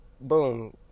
Boom